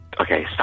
okay